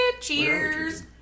Cheers